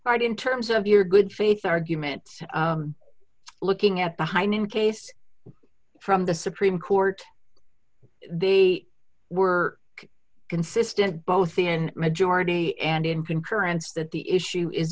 right in terms of your good faith argument looking at behind in case from the supreme court they were consistent both in majority and in concurrence that the issue is